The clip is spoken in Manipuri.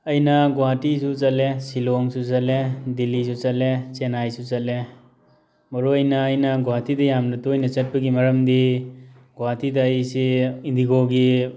ꯑꯩꯅ ꯒꯣꯍꯥꯇꯤꯁꯨ ꯆꯠꯂꯦ ꯁꯤꯜꯂꯣꯡꯁꯨ ꯆꯠꯂꯦ ꯗꯤꯜꯂꯤꯁꯨ ꯆꯠꯂꯦ ꯆꯦꯟꯅꯥꯏꯁꯨ ꯆꯠꯂꯦ ꯃꯔꯨꯑꯣꯏꯅ ꯑꯩꯅ ꯒꯣꯍꯥꯇꯤꯗ ꯌꯥꯝꯅ ꯇꯣꯏꯅ ꯆꯠꯄꯒꯤ ꯃꯔꯝꯗꯤ ꯒꯣꯍꯥꯇꯤꯗ ꯑꯩꯁꯤ ꯏꯟꯗꯤꯒꯣꯒꯤ